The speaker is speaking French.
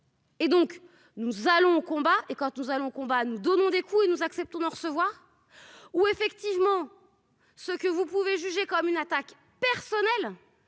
Et donc nous allons au combat et quand nous allons combattre. Donnons des coups et nous acceptons nous recevoir, où effectivement ce que vous pouvez juger comme une attaque personnelle